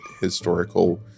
historical